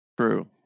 True